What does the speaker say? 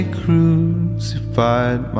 crucified